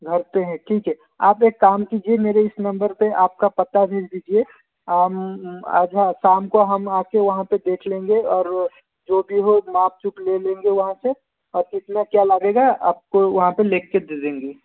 घर पर हैं ठीक है आप एक काम कीजिए मेरे इस नंबर पर आप का पता भेज दीजिए आज हाँ शाम को हम आप कर वहाँ पर देख लेंगे और जो भी हो नाप चुप ले लेंगे वहाँ से और कितना क्या लगेगा आप को वहाँ पर लिख के दे देंगे